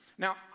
Now